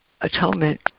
atonement